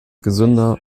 gesünder